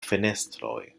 fenestroj